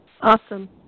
Awesome